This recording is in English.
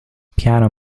piano